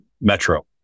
metro